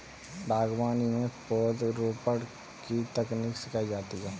बागवानी में पौधरोपण की तकनीक सिखाई जाती है